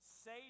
Say